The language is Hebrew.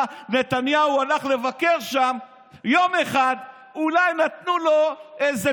נתניהו הלך לבקר שם יום אחד אולי נתנו לו איזה